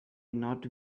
not